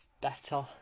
better